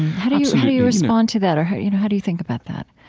how do you do you respond to that? or how you know how do you think about that?